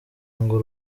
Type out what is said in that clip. ngo